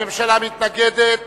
הממשלה מתנגדת